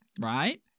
right